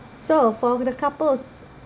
so for the couples